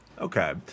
Okay